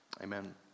Amen